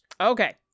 Okay